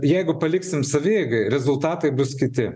jeigu paliksime savieigai rezultatai bus kiti